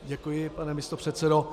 Děkuji, pane místopředsedo.